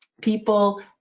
people